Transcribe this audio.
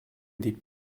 die